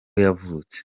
yavutse